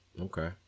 okay